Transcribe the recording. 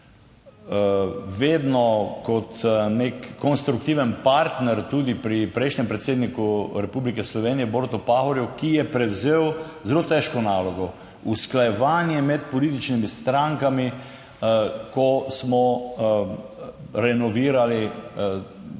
vedno kot nek konstruktiven partner tudi pri prejšnjem predsedniku Republike Slovenije Borutu Pahorju, ki je prevzel zelo težko nalogo, Usklajevanje med političnimi strankami, ko smo renovirali Zakon